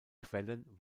quellen